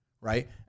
right